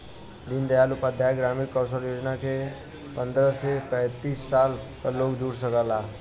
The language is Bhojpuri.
दीन दयाल उपाध्याय ग्रामीण कौशल योजना से पंद्रह से पैतींस साल क लोग जुड़ सकला